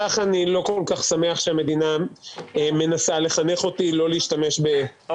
כך אני לא כל כך שמח שהמדינה מנסה לחנך אותי לא להשתמש בקנאביס.